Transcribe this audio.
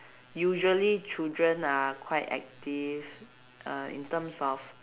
usually children are quite active uh in terms of